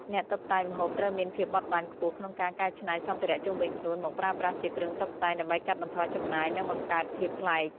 អ្នកតុបតែងម្ហូបត្រូវមានភាពបត់បែនខ្ពស់ក្នុងការកែច្នៃសម្ភារៈជុំវិញខ្លួនមកប្រើប្រាស់ជាគ្រឿងតុបតែង ដើម្បីកាត់បន្ថយចំណាយ និងបង្កើតភាពប្លែក។